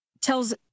tells